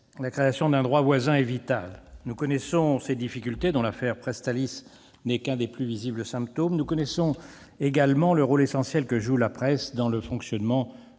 la création d'un droit voisin est vitale. Nous connaissons ses difficultés, dont l'affaire Presstalis n'est qu'un des plus visibles symptômes. Nous connaissons également le rôle essentiel que joue la presse dans le fonctionnement de